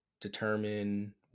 determine